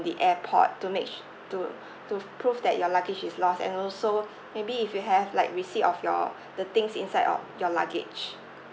the airport to make s~ to to prove that your luggage is lost and also maybe if you have like receipt of your the things inside of your luggage